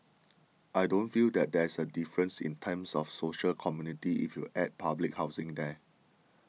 I don't feel that there's a difference in terms of social community if you add public housing there